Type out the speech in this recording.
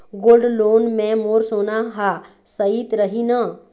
Gold loan मे मोर सोना हा सइत रही न?